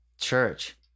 church